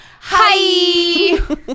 hi